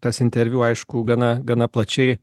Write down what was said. tas interviu aišku gana gana plačiai